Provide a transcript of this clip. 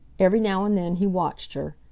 every now and then he watched her.